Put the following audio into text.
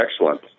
excellent